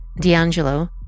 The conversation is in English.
D'Angelo